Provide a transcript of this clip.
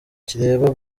kireba